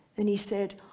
and he said,